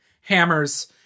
hammers